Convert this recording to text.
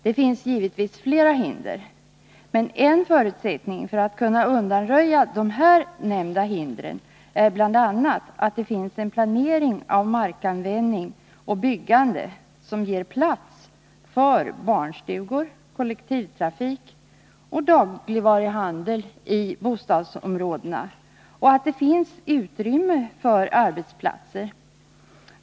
Det finns givetvis flera hinder, men en förutsättning för att man skall kunna undanröja de här nämnda hindren är att det finns en planering av markanvändning och byggande som ger utrymme för barnstugor, kollektivtrafik och dagligvaruhandel i bostadsområdena samt för arbetsplatser.